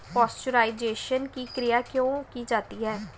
Pasteurisation की क्रिया क्यों की जाती है?